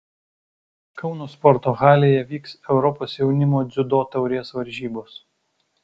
kauno sporto halėje vyks europos jaunimo dziudo taurės varžybos